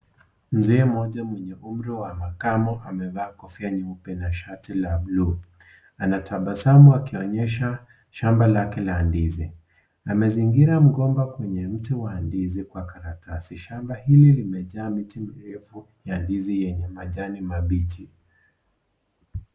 Mzee mmoja mwenye umri wa makamo amevaa kofia nyeupe na shati la bluu. Anatabasamu akionyesha shamba lake la ndizi. Amezingira mgomba kwenye mti wa ndizi kwa karatasi. Shamba hili limejaa miti mirefu ya ndizi, yenye majani mabichi.